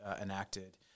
enacted